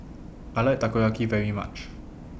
I like Takoyaki very much